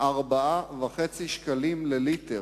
4.5 שקלים לליטר.